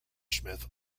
smith